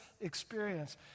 experience